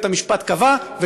בית-המשפט קבע,